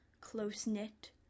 close-knit